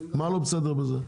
מה לא בסדר בזה?